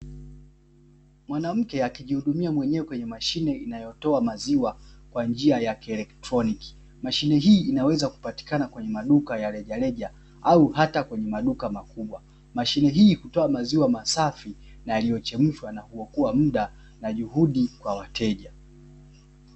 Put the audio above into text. Mwanamke akijihudumia mwenyewe kwenye mashine inayotoa maziwa kwa njia ya kielektroniki, mashine hii inaweza kupatikana kwenye maduka ya rejareja au hata kwenye maduka makubwa, mashine hii hutoa maziwa masafi na yaliyochemshwa na huokoa muda na juhudi kwa wateja.